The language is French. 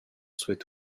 souhaite